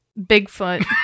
Bigfoot